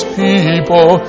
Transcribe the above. people